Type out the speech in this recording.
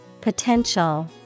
Potential